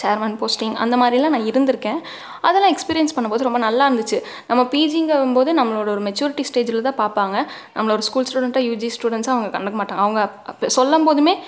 chairman posting அந்த மாதிரிலாம் நான் இருந்துருக்கேன் அதலாம் எக்ஸ்பீரியன்ஸ் பண்ணும்போது ரொம்ப நல்லாருந்துச்சு நம்ம பிஜிங்கும்போது நம்மளோட ஒரு மெச்சூரிட்டி ஸ்டேஜ்லதான் பார்ப்பாங்க நம்மளை ஒரு ஸ்கூல் ஸ்டூடெண்ட்டாக யுஜி ஸ்டூடெண்ட்ஸ்ஸா அவங்க கண்டுக்க மாட்டாங் அவங்க சொல்லும்போதுமே